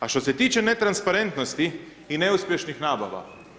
A što se tiče netransparentnosti i neuspješnih nabava.